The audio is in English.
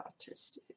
autistic